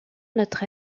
notre